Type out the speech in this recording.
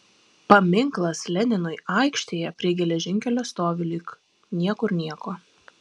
paminklas leninui aikštėje prie geležinkelio stovi lyg niekur nieko